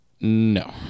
No